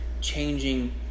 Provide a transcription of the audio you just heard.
changing